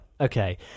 okay